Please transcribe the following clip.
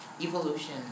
evolution